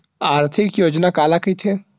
आर्थिक योजना काला कइथे?